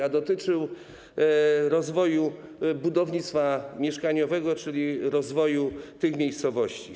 A dotyczył rozwoju budownictwa mieszkaniowego, czyli rozwoju tych miejscowości.